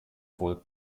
wohl